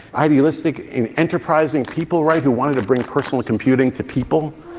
idealistic and enterprising people, right, who wanted to bring personal computing to people.